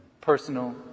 personal